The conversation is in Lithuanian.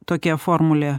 tokia formulė